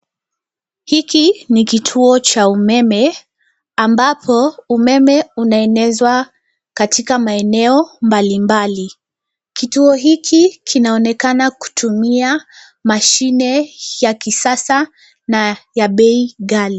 Hiki ni kituo cha umeme, ambapo, umeme unaenezwa katika maeneo mbalimbali. Kituo hiki kinaonekana kutumia mashine ya kisasa na ya bei ghali.